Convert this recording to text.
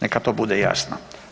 Neka to bude jasno.